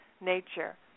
nature